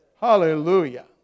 Hallelujah